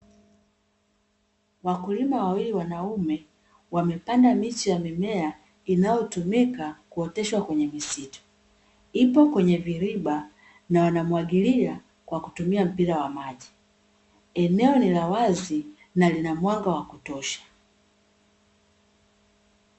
Wakulima wawili wanaume wamepeanda miche ya mimea inayotumika kuoteshwa kwenye misitu, ipo kwenye viriba na wanamwagilia kwa kutumia mpira wa maji. Eneo ni la wazi na linamwanga wa kutosha.